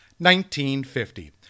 1950